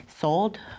sold